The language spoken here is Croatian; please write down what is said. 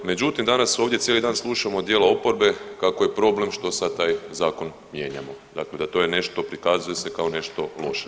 Međutim, danas ovdje cijeli dan slušamo od dijela oporbe kako je problem što sad taj zakon mijenjamo, dakle da to je nešto prikazuje se kao nešto loše.